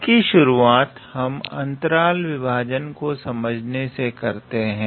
इसकी शुरुआत हम अंतराल विभाजन को समझने से करते हैं